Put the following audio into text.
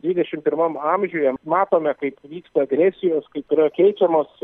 dvidešim pirmam amžiuje matome kaip vyksta agresijos kaip yra keičiamos